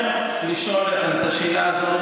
אם ברצונכם לשאול את השאלה הזאת,